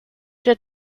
der